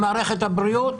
למערכת הבריאות,